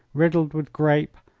riddled with grape,